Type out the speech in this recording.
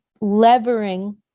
levering